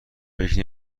فکر